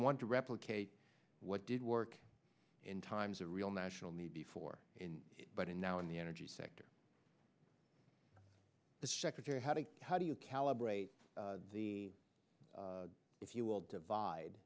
want to replicate what did work in times of real national need before in but in now in the energy sector the secretary how do you how do you calibrate the if you will divide